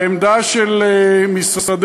העמדה של משרדנו,